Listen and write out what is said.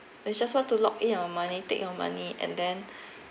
they just want to lock in your money take your money and then